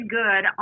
good